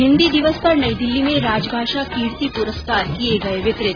हिन्दी दिवस पर नई दिल्ली में राजभाषा कीर्ति पुरस्कार किए गए वितरित